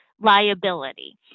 liability